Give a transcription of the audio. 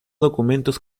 documentos